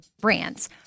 brands